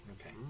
Okay